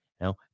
now